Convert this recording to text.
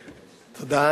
תודה.